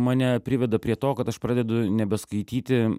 mane priveda prie to kad aš pradedu nebeskaityti